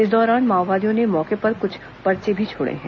इस दौरान माओवादियों ने मौके पर कुछ पर्चे भी छोड़े हैं